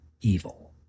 evil